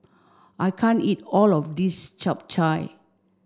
I can't eat all of this Chap Chai